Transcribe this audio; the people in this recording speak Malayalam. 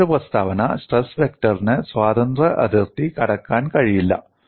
മറ്റൊരു പ്രസ്താവന സ്ട്രെസ് വെക്ടറിന് സ്വതന്ത്ര അതിർത്തി കടക്കാൻ കഴിയില്ല